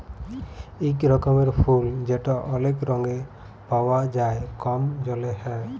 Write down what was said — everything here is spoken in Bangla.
ইক রকমের ফুল যেট অলেক রঙে পাউয়া যায় কম জলে হ্যয়